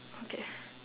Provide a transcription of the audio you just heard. okay